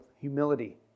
humility